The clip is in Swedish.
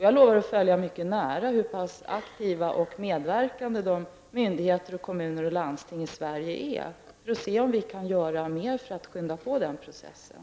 Jag lovar att mycket nära studera hur pass aktiva och medverkande myndigheter, kommuner och landsting i Sverige är och se om vi kan göra mer för att skynda på processen.